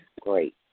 great